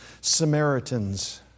Samaritans